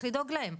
שצריך לדאוג להם.